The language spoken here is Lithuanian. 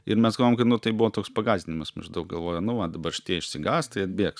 ir mes galvojom kad nu tai buvo toks pagąsdinimas maždaug galvoja nu va dabar šitie išsigąs tai atbėgs